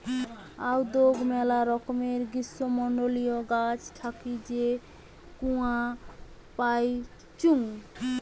আদৌক মেলা রকমের গ্রীষ্মমন্ডলীয় গাছ থাকি যে কূয়া পাইচুঙ